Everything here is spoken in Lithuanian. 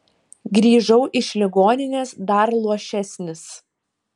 grįžau iš ligoninės dar luošesnis